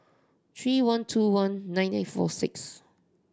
three one two one nine nine four six